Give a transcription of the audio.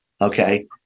Okay